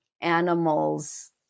animals